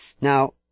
Now